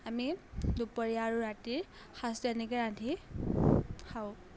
আমি দুপৰীয়া আৰু ৰাতিৰ সাঁজটো এনেকৈ ৰান্ধি খাওঁ